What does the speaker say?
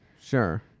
Sure